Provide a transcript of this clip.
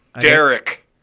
Derek